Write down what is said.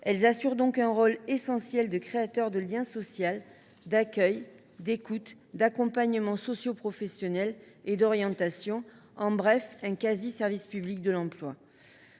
Elles assument donc un rôle essentiel de créateur de lien social, d’accueil, d’écoute, d’accompagnement socioprofessionnel et d’orientation : autrement dit, elles assurent un quasi service public de l’emploi.